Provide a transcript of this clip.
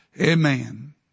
Amen